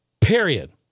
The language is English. Period